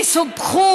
שגם הם סופחו,